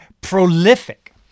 prolific